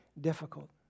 difficult